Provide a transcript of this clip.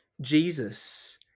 Jesus